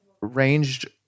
ranged